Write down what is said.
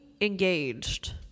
engaged